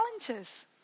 challenges